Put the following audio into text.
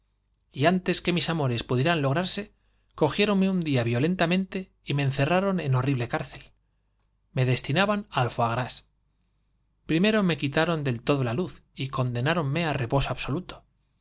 y antes que mis amores pudieran lograrse cogie ronme un día violentamente y me encerraron en horrible cárcel me destinaban al oie gras primero me á quitaron del todo la luz y condenáronme reposo absoluto